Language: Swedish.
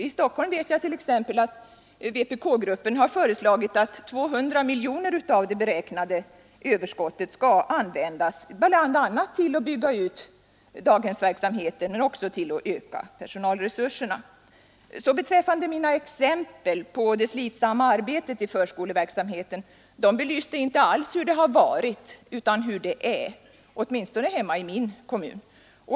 I Stockholm vet jag att vpk-gruppen har föreslagit att 20 miljoner kronor av det beräknade överskottet skall användas för att bl.a. bygga ut daghemsverksamheten, men också till att öka personalresurserna. Mina exempel på det slitsamma arbetet i förskoleverksamheten belyste inte alls hur det har varit, utan hur det är — åtminstone hemma i min kommun.